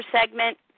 segment